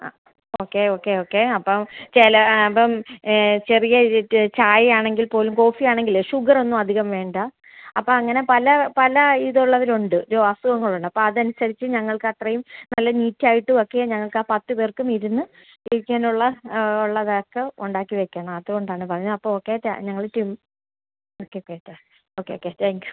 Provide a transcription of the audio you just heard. ആ okay okay okay അപ്പം ചില അപ്പം ചെറിയ ഇ ചായ ആണെങ്കിൽ പോലും കോഫി ആണെങ്കിൽ ഷുഗർ ഒന്നും അധികം വേണ്ട അപ്പം അങ്ങനെ പല പല ഇതുള്ളവർ ഉണ്ട് രോ അസുഖങ്ങൾ ഉണ്ട് അപ്പം അത് അനുസരിച്ച് ഞങ്ങൾക്ക് അത്രയും നല്ല നീറ്റ് ആയിട്ടും ഒക്കെ ഞങ്ങൾക്ക് ആ പത്ത് പേർക്കും ഇരുന്ന് ഇരിക്കാനുള്ള ഉള്ളതൊക്കെ ഉണ്ടാക്കി വയ്ക്കണം അതുകൊണ്ടാണ് പറയുന്നത് അപ്പോൾ ഓക്കെ താ ഞങ്ങൾ ടിം ഓക്കെ കേട്ടു ഓക്കെ ഓക്കെ താങ്ക് യു